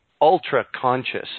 ultra-conscious